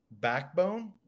backbone